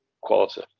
Quality